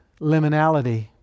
liminality